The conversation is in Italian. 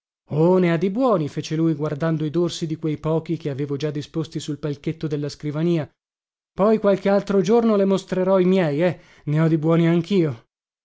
di buoni fece lui guardando i dorsi di quei pochi che avevo già disposti sul palchetto della scrivania poi qualche altro giorno le mostrerò i miei eh ne ho di buoni anchio